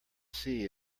see